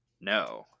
No